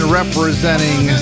representing